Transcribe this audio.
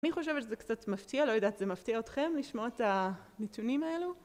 מי חושבת שזה קצת מפתיע? לא יודעת, זה מפתיע אתכם לשמוע את הנתונים האלו?